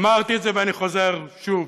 אמרתי את זה ואני חוזר שוב,